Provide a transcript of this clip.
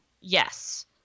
Yes